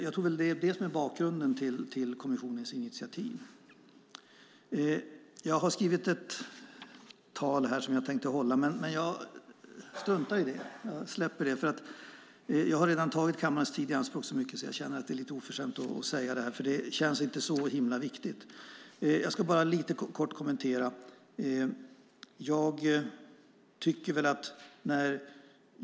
Jag tror att det är det som är bakgrunden till kommissionens initiativ. Jag har skrivit ett anförande som jag tänkte hålla, men jag släpper det. Jag har redan tagit kammarens tid i anspråk så mycket att jag känner att det är lite oförskämt att hålla hela anförandet, och det känns inte så himla viktigt. Jag ska bara göra några korta kommentarer.